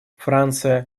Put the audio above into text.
франция